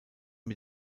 mit